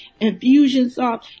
Infusionsoft